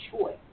choice